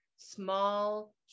Small